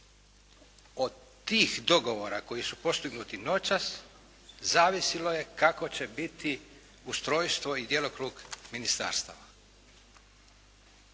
Od tih dogovora koji su postignuti noćas zavisilo je kakvo će biti ustrojstvo i djelokrug ministarstava.